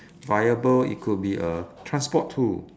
viable it could be a transport tool